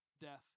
death